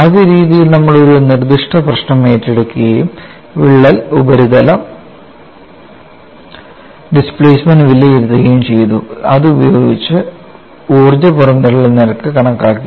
ആദ്യ രീതിയിൽ നമ്മൾ ഒരു നിർദ്ദിഷ്ട പ്രശ്നം ഏറ്റെടുക്കുകയും വിള്ളൽ ഉപരിതല ഡിസ്പ്ലേസ്മെൻറ് വിലയിരുത്തുകയും ചെയ്തു അത് ഉപയോഗിച്ച് ഊർജ്ജ പുറന്തള്ളൽ നിരക്ക് കണക്കാക്കി